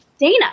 Dana